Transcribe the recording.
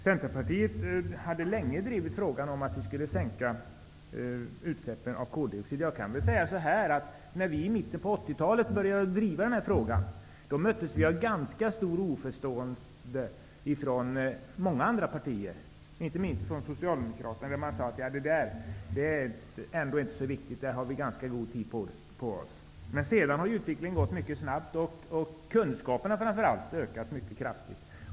Centerpartiet hade länge drivit frågan om en sänkning av koldioxidutsläppen. När vi i början på 80-talet började att driva denna fråga möttes vi av ett ganska stort oförstående från många andra partier, inte minst Socialdemokraterna som sade: Det där är ändå inte så viktigt och vi har ganska god tid på oss. Sedan har utvecklingen gått mycket snabbt och framför allt har kunskaperna ökat mycket kraftigt.